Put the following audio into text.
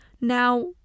Now